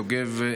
יוגב,